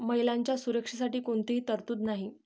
महिलांच्या सुरक्षेसाठी कोणतीही तरतूद नाही